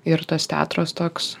ir tas teatras toks